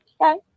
Okay